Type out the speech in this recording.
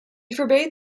forbade